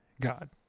God